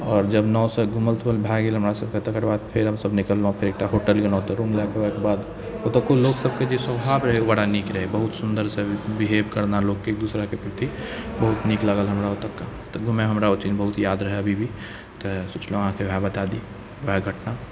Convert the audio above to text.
आओर जब नावसँ घुमल तुमल भऽ गेल हमरा सबके तकर बाद फेर हमसब निकललहुँ फेर एकटा होटल गेलहुँ ओतऽ रूम लऽ कऽ ओकर बाद ओतौको लोक सबके जे स्वाभाव रहै बड़ा नीक रहै बहुत सुन्दरसँ बिहेव करना लोकके एक दोसराके प्रति बहुत नीक लागल हमरा ओतौका तऽ घुमै हमरा बहुत याद रहऽ अभी भी तऽ सोचलहुँ अहाँके वएह बता दी वएह घटना